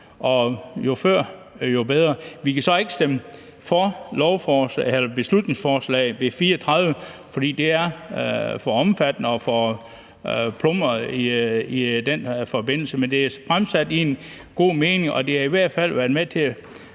og jo før jo bedre. Kl. 13:48 Vi kan så ikke stemme for beslutningsforslag B 34, fordi det er for omfattende og forplumret i den her forbindelse. Men det er fremsat i en god mening, og det har i hvert fald været med til